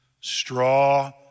Straw